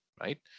right